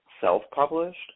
self-published